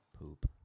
poop